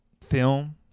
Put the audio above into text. film